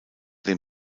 dem